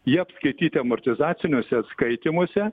jie apskaityti amortizaciniuose atskaitymuose